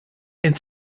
and